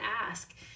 ask